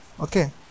Okay